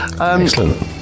Excellent